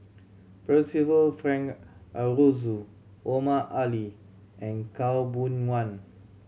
Percival Frank Aroozoo Omar Ali and Khaw Boon Wan